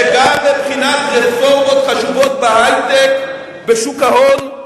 וגם מבחינת רפורמות חשובות בהיי-טק, בשוק ההון,